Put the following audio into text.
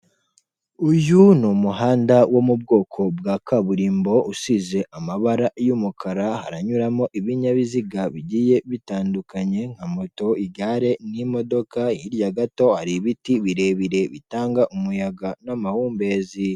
Uyu ni umuhanda wo mu bwoko bwa kaburimbo usize amabara y'umukara, haranyuramo ibinyabiziga bigiye bitandukanye nka moto, igare n'imodoka, hirya gato hari ibiti birebire bitanga umuyaga n'amahumbezi.